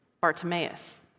Bartimaeus